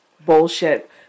Bullshit